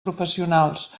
professionals